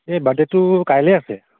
এই বাৰ্থডেটো কাইলৈ আছে